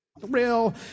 thrill